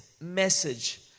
message